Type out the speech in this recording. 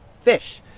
fish